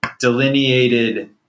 delineated